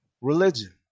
religion